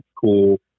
cool